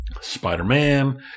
Spider-Man